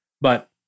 But-